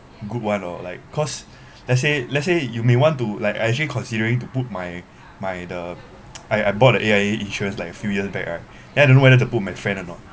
good one or like cause let's say let's say you may want to like I actually considering to put my my the I I bought a A_I_A insurance like few years back right then I don't know whether to put my friend or not